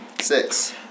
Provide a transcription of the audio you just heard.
Six